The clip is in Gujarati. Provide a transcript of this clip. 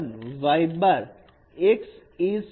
x is T 1 y